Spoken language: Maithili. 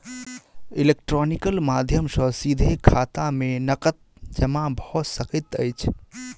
इलेक्ट्रॉनिकल माध्यम सॅ सीधे खाता में नकद जमा भ सकैत अछि